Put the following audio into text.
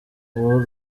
uwo